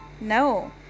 no